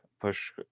Push